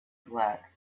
black